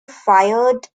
fired